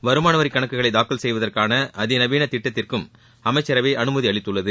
வருமானவரிக்கணக்குகளை தாக்கல் செய்வதற்கான அதிநவீன திட்டத்திற்கும் அமைச்சரவை அனுமதி அளித்துள்ளது